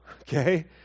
okay